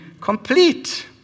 complete